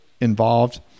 involved